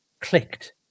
clicked